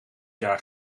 jaar